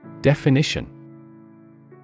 Definition